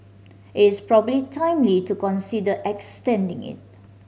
it's probably timely to consider extending it